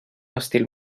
estil